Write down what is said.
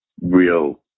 real